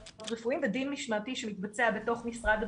רפואיים ודין משמעתי שמתבצע בתוך משרד הבריאות,